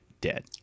dead